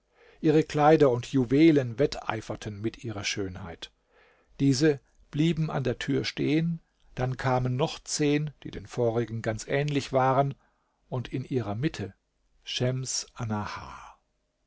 ihre kleider und juwelen wetteiferten mit ihrer schönheit diese blieben an der tür stehen dann kamen noch zehn die den vorigen ganz ähnlich waren und in ihrer mitte schems annahar